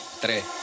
tres